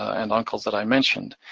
and uncles that i mentioned.